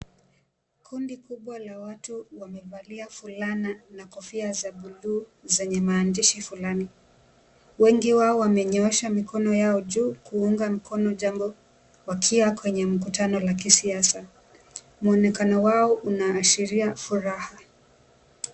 Kundi kubwa la watu wamevalia fulana na kofia za bluu zenye maandishi fulani, wengi wao wamenyosha mikono yao juu kuunga mkono jambo wakiwa kwenye mkutano la kisiasi, muonekano wao unaashiria furaha.